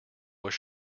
was